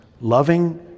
Loving